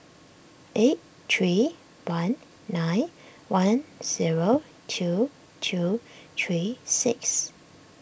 eight three one nine one zero two two three six